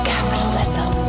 Capitalism